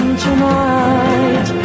tonight